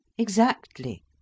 Exactly